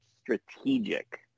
strategic